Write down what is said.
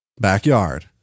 Backyard